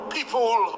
People